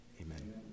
Amen